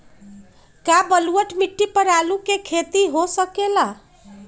का बलूअट मिट्टी पर आलू के खेती हो सकेला?